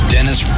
Dennis